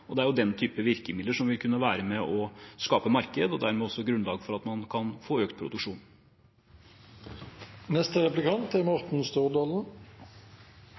og det er den typen virkemidler som vil kunne være med på å skape et marked og dermed også et grunnlag for at man kan få økt